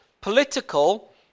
political